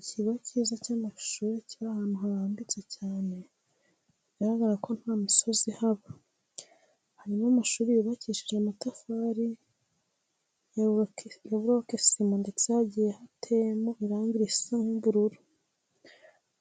Ikigo cyiza cy'amashuri kiri ahantu harambitse cyane bigaragara ko nta misozi ihaba, harimo amashuri yubakishije amatafari ya burokesima ndetse hagiye hateyemo irangi risa nk'ubururu.